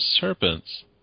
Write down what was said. serpents